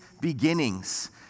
beginnings